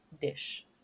dish